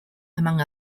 among